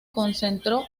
concentró